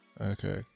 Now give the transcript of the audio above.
Okay